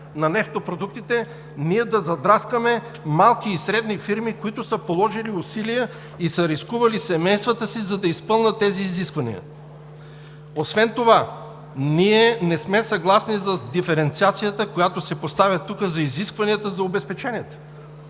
на нефтопродуктите да задраскаме малки и средни фирми, които са положили усилия и са рискували семействата си, за да изпълнят тези изисквания. Освен това ние не сме съгласни с диференциацията, която се поставя тук за изискванията за обезпеченията,